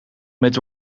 met